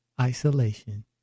Isolation